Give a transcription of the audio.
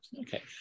Okay